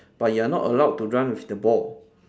but you are not allowed to run with the ball